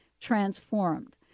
transformed